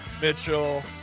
Mitchell